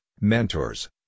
mentors